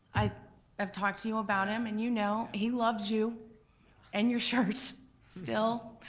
i've i've talked to you about him and you know he loves you and your shirt still.